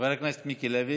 חבר הכנסת מיקי לוי.